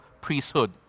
priesthood